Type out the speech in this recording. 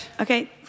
Okay